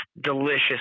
delicious